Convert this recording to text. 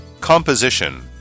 Composition